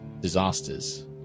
disasters